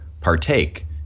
partake